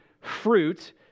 fruit